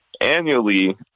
annually